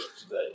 today